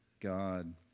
God